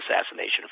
assassination